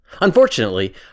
Unfortunately